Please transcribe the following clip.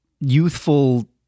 youthful